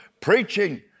preaching